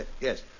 Yes